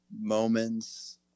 moments